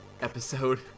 episode